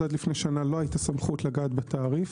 פה נתקענו בדברים